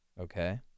Okay